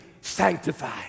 sanctified